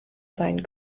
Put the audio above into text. sein